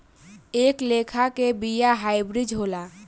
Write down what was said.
एह लेखा के बिया हाईब्रिड होला